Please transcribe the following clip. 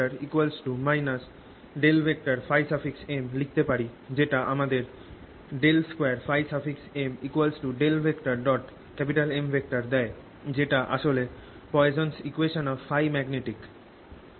অতএব H ՓM লিখতে পারি যেটা আমাদের 2ՓM M দেয় যেটা আসলে Poisson's equation of Փ magnetic Poissons equation of Փ magnetic